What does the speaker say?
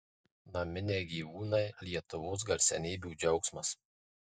naminiai gyvūnai lietuvos garsenybių džiaugsmas